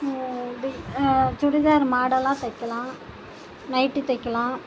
சுடிதார் மாடெல்லாம் தைக்கலாம் நைட்டி தைக்கலாம்